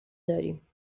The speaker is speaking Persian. داریم